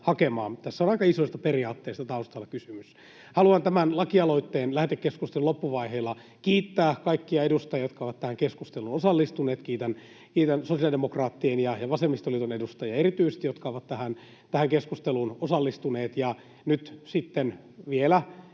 Tässä on aika isoista periaatteista taustalla kysymys. Haluan tämän lakialoitteen lähetekeskustelun loppuvaiheilla kiittää kaikkia edustajia, jotka ovat tähän keskusteluun osallistuneet. Kiitän erityisesti sosiaalidemokraattien ja vasemmistoliiton edustajia, jotka ovat tähän keskusteluun osallistuneet.